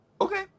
Okay